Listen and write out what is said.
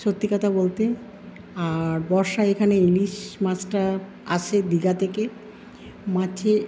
সত্যি কথা বলতে আর বর্ষায় এখানে ইলিশ মাছটা আসে দীঘা থেকে মাছে